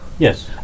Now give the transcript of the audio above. Yes